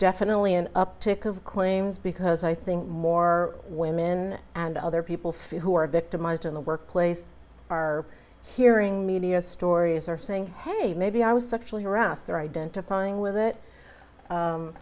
definitely an uptick of claims because i think more women and other people who are victimized in the workplace are hearing media stories or saying hey maybe i was sexually harassed or identifying with it